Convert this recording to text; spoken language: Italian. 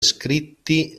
scritti